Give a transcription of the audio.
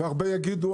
הרבה יגידו,